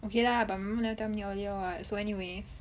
okay lah but my mother never tell me earlier [what] so anyways